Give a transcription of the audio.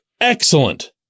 excellent